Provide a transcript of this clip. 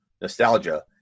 nostalgia